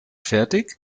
fertig